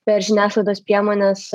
per žiniasklaidos priemones